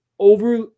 Over